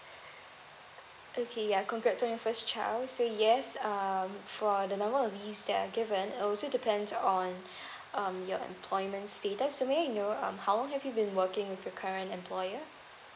okay ya congrats on your first child so yes um for the number of leaves that are given also depends on um your employment status so may I know um how have you been working with your current employer